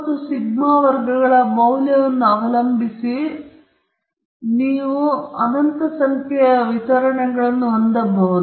ಈಗ ಮು ಮತ್ತು ಸಿಗ್ಮಾ ವರ್ಗಗಳ ಮೌಲ್ಯವನ್ನು ಅವಲಂಬಿಸಿ ನೀವು ಅನಂತ ಸಂಖ್ಯೆಯ ವಿತರಣೆಗಳನ್ನು ಹೊಂದಬಹುದು